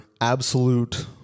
absolute